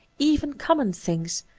even common things,